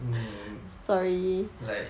mm like